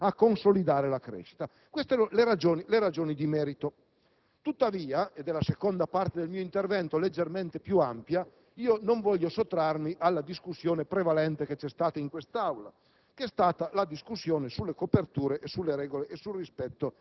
posto le basi di una manovra espansiva finalizzata a consolidare la crescita. Queste le ragioni di merito. Tuttavia (e inizia qui la seconda parte del mio intervento leggermente più ampia della prima), non voglio sottrarmi alla discussione, prevalente in quest'Aula,